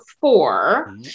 four